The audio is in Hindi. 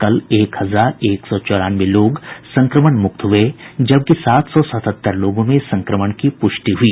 कल एक हजार एक सौ चौरानवे लोग संक्रमण मुक्त हुए जबकि सात सौ सतहत्तर लोगों में संक्रमण की प्रष्टि हुई